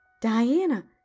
Diana